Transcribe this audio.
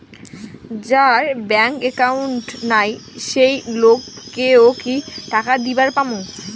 যার bank account নাই সেই লোক কে ও কি টাকা দিবার পামু?